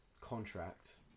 Contract